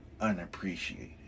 unappreciated